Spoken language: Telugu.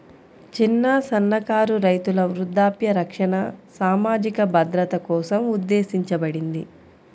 చిన్న, సన్నకారు రైతుల వృద్ధాప్య రక్షణ సామాజిక భద్రత కోసం ఉద్దేశించబడింది